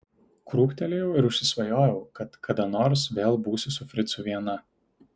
krūptelėjau ir užsisvajojau kad kada nors vėl būsiu su fricu viena